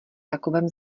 takovém